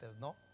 ¿no